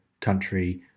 country